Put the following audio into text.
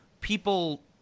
people –